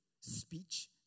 speech